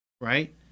right